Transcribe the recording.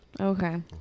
Okay